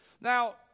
Now